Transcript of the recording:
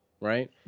right